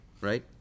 Right